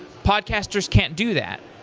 podcasters can't do that.